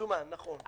במזומן, נכון.